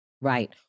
Right